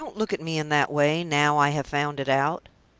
don't look at me in that way, now i have found it out!